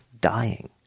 dying